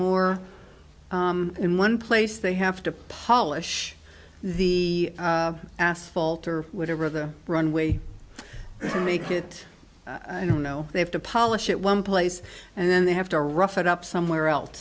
more in one place they have to polish the asphalt or whatever the runway make it i don't know they have to polish it one place and then they have to rough it up somewhere else